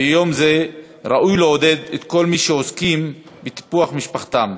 ביום זה ראוי לעודד את כל מי שעוסקים בטיפוח משפחתם,